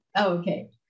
Okay